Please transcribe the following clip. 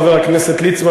חבר הכנסת ליצמן,